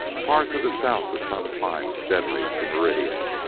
far to the south the sun climbed steadily to meridian,